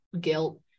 guilt